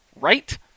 right